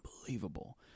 unbelievable